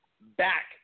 back